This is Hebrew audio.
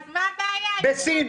אז מה הבעיה --- בסין.